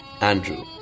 Andrew